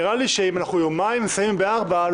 נראה לי שאם במשך יומיים נסיים בשעה 16 לא